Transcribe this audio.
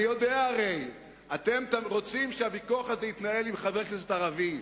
אני יודע הרי שאתם רוצים שהוויכוח הזה יתנהל עם חבר כנסת ערבי,